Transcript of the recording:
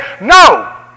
no